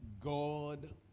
God